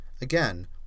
Again